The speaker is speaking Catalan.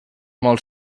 molt